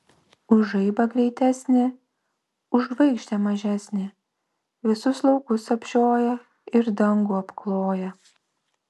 už žaibą greitesnė už žvaigždę mažesnė visus laukus apžioja ir dangų apkloja